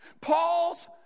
Paul's